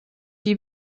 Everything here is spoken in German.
die